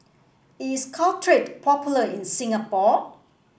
is Caltrate popular in Singapore